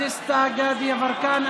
דסטה גדי יברקן,